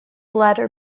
latter